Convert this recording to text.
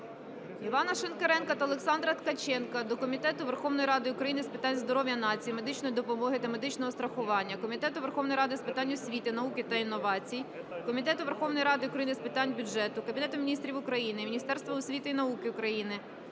Івана Шинкаренка та Олександра Ткаченка до Комітету Верховної Ради України з питань здоров'я нації, медичної допомоги та медичного страхування, Комітету Верховної Ради України з питань освіти, науки та інновацій, Комітету Верховної Ради України з питань бюджету, Кабінету Міністрів України, Міністерства освіти і науки України,